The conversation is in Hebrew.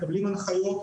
מקבלים את ההנחיות,